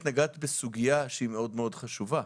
את נגעת בסוגיה שהיא מאוד חשובה,